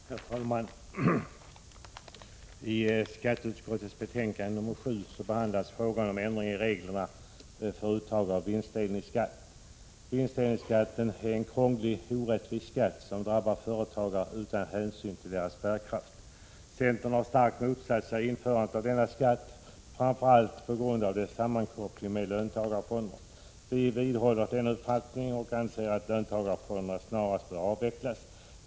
Herr talman! I skatteutskottets betänkande 1986/87:7 behandlas frågan om ändring av reglerna för uttag av vinstdelningsskatt. Vinstdelningsskatten är en krånglig och orättvis skatt, som drabbar företagare utan hänsyn till deras bärkraft. Centern har starkt motsatt sig införandet av denna skatt, framför allt på grund av dess sammankoppling med löntagarfonderna. Vi vidhåller vår uppfattning och anser att löntagarfonderna snarast bör avvecklas.